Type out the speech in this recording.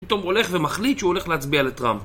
פתאום הוא הולך ומחליט שהוא הולך להצביע לטראמפ